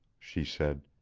she said.